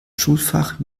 schulfach